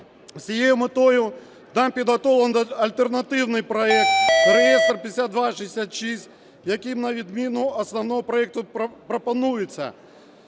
з цією метою нами підготовлений альтернативний проект (реєстр. 5266), яким на відміну від основного проекту пропонується